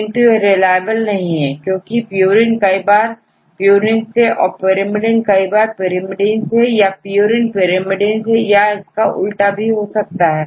किंतु यह रिलायबल नहीं है क्योंकि purine कई बारpurine से औरpyrimidine कई बारpyrimidine से याpurine pyrimidine से या इसका उल्टा हो सकता है